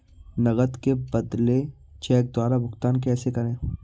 नकद के बदले चेक द्वारा भुगतान कैसे करें?